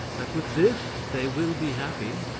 that with this they will be happy.